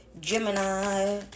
Gemini